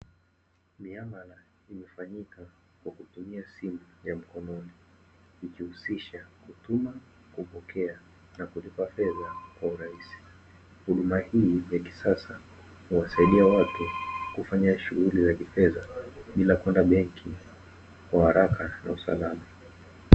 Miamala imefanyika kwa kutumia simu ya mkononi, ikihusisha kutuma na kupokea na kulipa fedha kwa urahisi. Huduma hii ni kisasa husaidia watu kufanya shughuli za kifedha bila kwenda benki kwa haraka na usalama.